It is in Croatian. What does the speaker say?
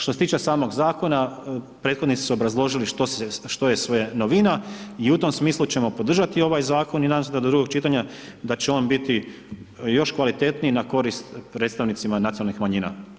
Što se tiče samog zakona, prethodnici su obrazložili što se, što je sve novina i u tom smislu ćemo podržati ovaj zakon i nadam se da do drugog čitanja, da će on biti još kvalitetniji na korist predstavnicima nacionalnih manjina.